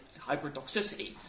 hypertoxicity